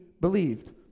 believed